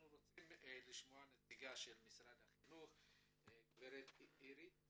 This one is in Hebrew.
אנחנו מבקשים לשמוע את נציגת משרד החינוך גברת עירית